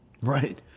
Right